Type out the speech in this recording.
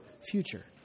future